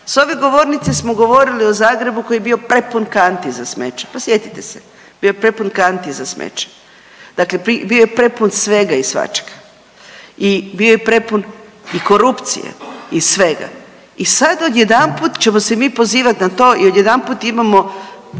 S ove govornice smo govorili o Zagrebu koji je bio prepun kanti za smeće, pa sjetite se, bio je prepun kanti za smeće, dakle bio je prepun svega i svačega i bio je prepun i korupcije i svega i sad odjedanput ćemo se mi pozivat na to i odjedanput imamo